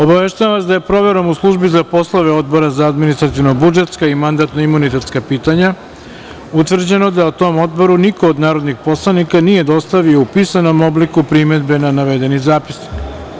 Obaveštavam vas da je proverom u Službi za poslove Odbora za administravno-budžetka i mandatno-imunitetska pitanja utvrđeno da tom Odboru niko od narodnih poslanika nije dostavio u pisanom obliku primedbe na navedeni zapisnik.